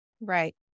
Right